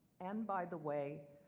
and by the way,